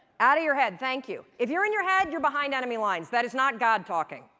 out of your head. thank you. if you're in your head, you're behind enemy lines. that is not god talking,